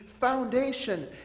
foundation